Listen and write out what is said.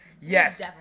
Yes